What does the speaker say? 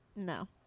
No